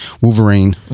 Wolverine